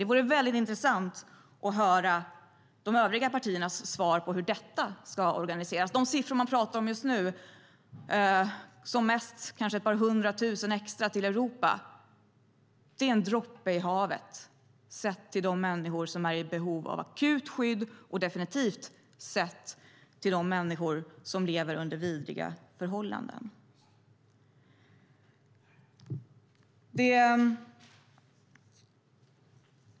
Det vore intressant att få höra de övriga partiernas svar på hur detta ska organiseras. De siffror som det talas om just nu, som mest kanske ett par hundra tusen extra till Europa, är en droppe i havet sett till de människor som är i behov av akut skydd och definitivt sett till de människor som lever under vidriga förhållanden.